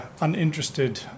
uninterested